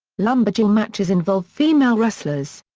lumberjill matches involve female wrestlers.